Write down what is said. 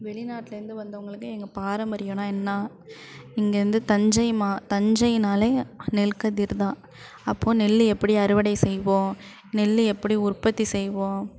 வெளிநாட்டில் இருந்து வந்தவங்களுக்கு எங்கள் பாரம்பரியோன்னால் என்ன இங்கேயிருந்து தஞ்சை மா தஞ்சைனால் நெல் கதிர்தான் அப்போது நெல் எப்படி அறுவடை செய்வோம் நெல் எப்படி உற்பத்தி செய்வோம்